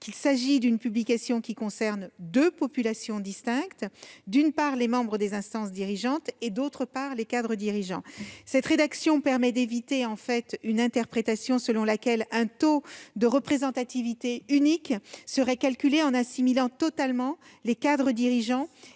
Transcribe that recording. que la publication concerne deux populations distinctes : d'une part, les membres des instances dirigeantes, et, d'autre part, les cadres dirigeants. Elle permet d'éviter l'interprétation selon laquelle un taux de représentativité unique serait calculé en assimilant totalement les cadres dirigeants